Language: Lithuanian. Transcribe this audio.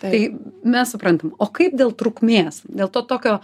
tai mes suprantam o kaip dėl trukmės dėl to tokio